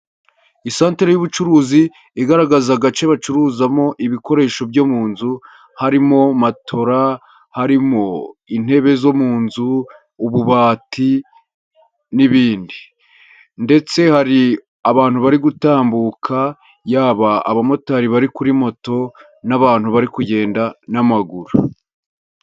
I santere y'ubucuruzi igaragaza agace bacuruzamo ibikoresho byo mu nzu, harimo matora, harimo intebe zo mu nzu, ububati n'ibindi. Ndetse hari abantu bari gutambuka, yaba abamotari bari kuri moto, n'abantu bari kugenda n'amaguru.